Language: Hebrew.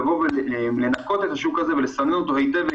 בשביל לנקות את השוק הזה ולסנן אותו היטב,